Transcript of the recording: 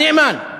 הנאמן.